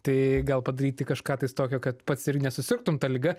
tai gal padaryti kažką tais tokio kad pats ir nesusirgtum ta liga